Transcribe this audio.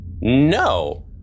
No